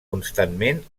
constantment